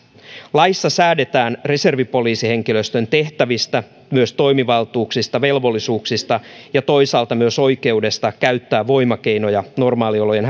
laissa säädetään reservipoliisihenkilöstön tehtävistä myös toimivaltuuksista velvollisuuksista ja toisaalta myös oikeudesta käyttää voimakeinoja normaaliolojen